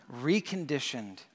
reconditioned